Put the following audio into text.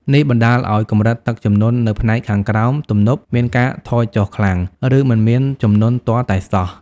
នេះបណ្តាលឱ្យកម្រិតទឹកជំនន់នៅផ្នែកខាងក្រោមទំនប់មានការថយចុះខ្លាំង ឬមិនមានជំនន់ទាល់តែសោះ។